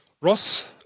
Ross